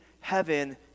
heaven